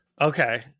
Okay